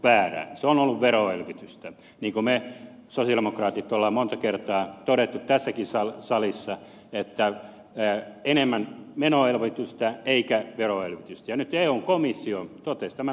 niin kuin me sosialidemokraatit olemme monta kertaa todenneet tässäkin salissa että enemmän menoelvytystä eikä veroelvytystä nyt eun komissio totesi tämän aivan saman